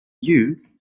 you